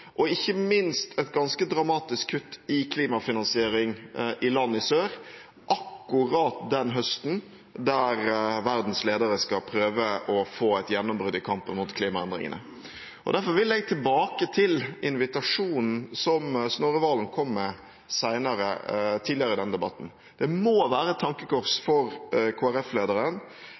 og ikke minst et ganske dramatisk kutt i klimafinansiering i landene i sør, akkurat den høsten da verdens ledere skal prøve å få til et gjennombrudd i kampen mot klimaendringene. Derfor vil jeg tilbake til invitasjonen som Snorre Serigstad Valen kom med tidligere i denne debatten. Det må være et tankekors